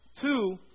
Two